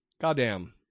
goddamn